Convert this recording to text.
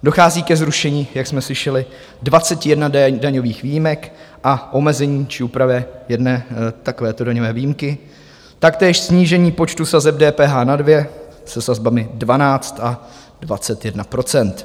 Dochází ke zrušení, jak jsme slyšeli, 21 daňových výjimek a omezení či úpravě jedné takovéto daňové výjimky, taktéž snížení počtu sazeb DPH na dvě se sazbami 12 a 21 %.